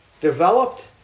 developed